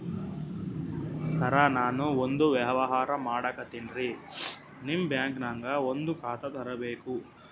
ಸರ ನಾನು ಒಂದು ವ್ಯವಹಾರ ಮಾಡಕತಿನ್ರಿ, ನಿಮ್ ಬ್ಯಾಂಕನಗ ಒಂದು ಖಾತ ತೆರಿಬೇಕ್ರಿ?